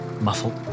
muffled